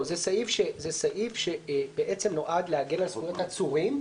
זה סעיף שבעצם נועד להגן על זכויות עצורים,